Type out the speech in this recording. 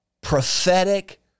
prophetic